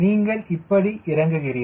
நீங்கள் இப்படி இறங்குகிறீர்கள்